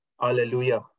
Hallelujah